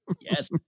yes